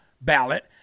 ballot